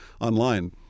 online